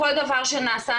כל דבר שנעשה,